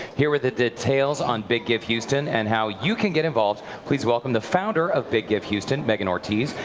here with the details on big give houston and how you can get involved, please welcome the founder of big give houston, megan ortiz,